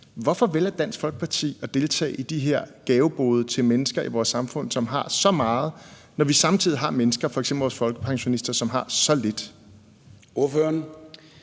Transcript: Hvorfor vælger Dansk Folkeparti at deltage i de her gaveboder til mennesker i vores samfund , som har så meget, når vi samtidig har mennesker, f.eks. vores folkepensionister, som har så lidt? Kl.